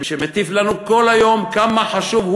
שמטיף לנו כל היום כמה חשוב,